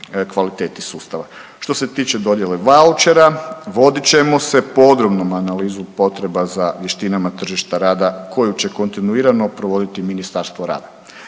kvaliteti sustava. Što se tiče dodjele vaučera, vodit ćemo se podrobnom analizom potreba za vještinama tržišta rada koju će kontinuirano provoditi Ministarstvo rada.